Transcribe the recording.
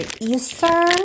Easter